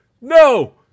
no